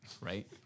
Right